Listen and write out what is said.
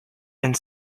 and